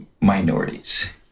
minorities